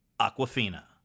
Aquafina